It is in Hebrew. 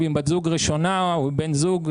או בת זוג ראשונה או בן זוג,